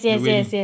the wailing